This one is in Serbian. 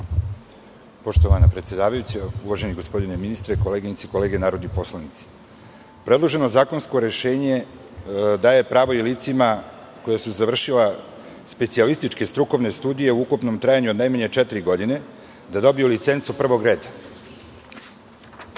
Poštovana predsedavajuća, uvaženi gospodine ministre, koleginice i kolege narodni poslanici, predloženo zakonsko rešenje daje pravo i licima koja su završila specijalističke strukovne studije u ukupnom trajanju od najmanje četiri godine da dobiju licencu prvog reda.